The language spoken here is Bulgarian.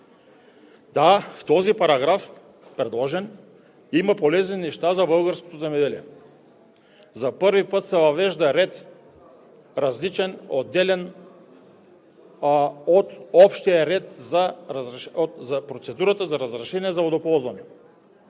Да, в този предложен параграф има полезни неща за българското земеделие. За първи път се въвежда ред – различен, отделен от общия ред, по процедурата за разрешение за водоползване.